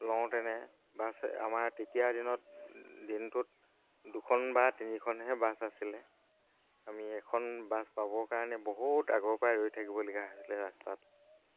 লওঁতেনে bus আমাৰ তেতিয়া দিনত দিনটোত দুখন বা তিনিখনহে বাছ আছিলে আমি এখন বাছ পাবৰ কাৰণে বহুত আগৰ পৰাই ৰৈ থাকিবলগীয়া হৈছিলে ৰাস্তাত